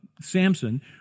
Samson